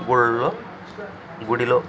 గుళ్ళో గుడిలో